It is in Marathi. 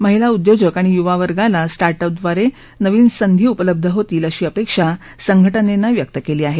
महिलाउद्योजक आणि युवावर्गाला स्टार्टअप द्वारे नवीन संधी उपलब्ध होतील अशी अपेक्षा संघटनेनं व्यक्त केली आहे